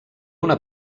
una